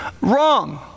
Wrong